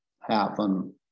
happen